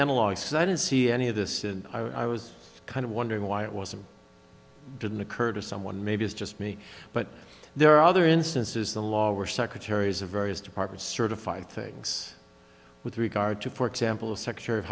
analogs i didn't see any of this and i was kind of wondering why it wasn't didn't occur to someone maybe it's just me but there are other instances the lawyer secretaries of various departments certify and things with regard to for example the secretary of